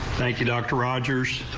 thank you doctor rogers.